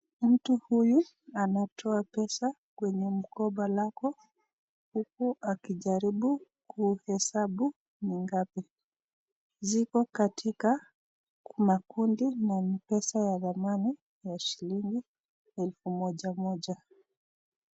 Mtu huyu anatoa pesa kwenye mkopa lako huku akijaribu kuhesabu ni ngapi. Ziko katika makundi na ni pesa za samani ya shilingi elfu moja moja.